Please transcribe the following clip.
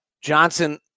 Johnson